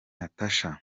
natacha